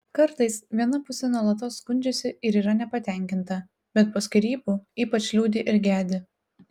kartais viena pusė nuolatos skundžiasi ir yra nepatenkinta bet po skyrybų ypač liūdi ir gedi